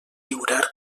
lliurar